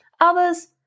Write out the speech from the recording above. Others